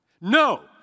no